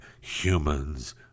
humans